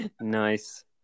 Nice